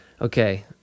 Okay